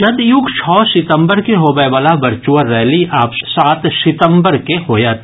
जदयूक छओ सितम्बर के होबयवला वर्चुअल रैली आब सात सितम्बर के होयत